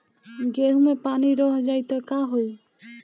गेंहू मे पानी रह जाई त का होई?